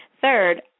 Third